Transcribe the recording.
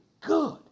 good